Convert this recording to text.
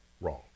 wrong